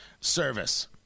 Service